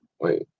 wait